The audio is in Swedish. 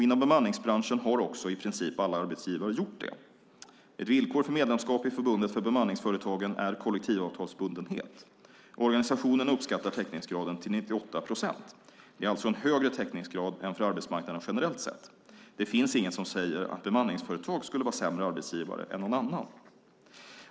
Inom bemanningsbranschen har också i princip alla arbetsgivare gjort det. Ett villkor för medlemskap i förbundet för bemanningsföretagen är kollektivavtalsbundenhet. Organisationen uppskattar täckningsgraden till 98 procent. Det är alltså en högre täckningsgrad än för arbetsmarknaden generellt sett. Det finns inget som säger att ett bemanningsföretag skulle vara en sämre arbetsgivare än någon annan.